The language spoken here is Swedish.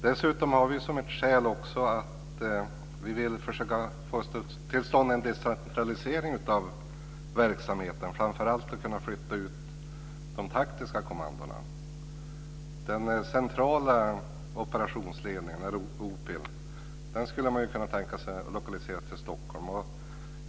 Dessutom har vi som ett skäl att vi vill försöka få till stånd en decentralisering av verksamheten. Framför allt vill vi kunna flytta ut de taktiska kommandona. Den centrala operationsledningen, OPIL, skulle man kunna tänka sig att lokalisera till Stockholm.